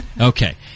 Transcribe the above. Okay